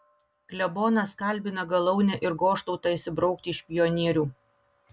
klebonas kalbina galaunę ir goštautą išsibraukti iš pionierių